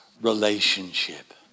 Relationship